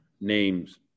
names